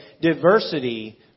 Diversity